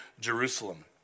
Jerusalem